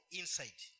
inside